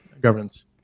governance